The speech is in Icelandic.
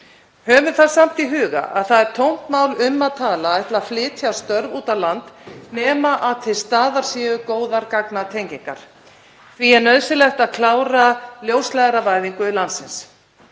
Höfum það samt í huga að það er tómt mál um að tala að ætla að flytja störf út á land nema til staðar séu góðar gagnatengingar. Því er nauðsynlegt að klára ljósleiðaravæðingu landsins.